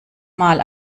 mal